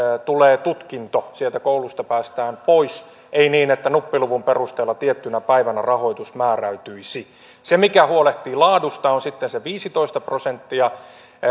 tulee tutkinto sieltä koulusta päästään pois eikä niin että nuppiluvun perusteella tiettynä päivänä rahoitus määräytyisi se mikä huolehtii laadusta on sitten se viisitoista prosenttia